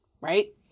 right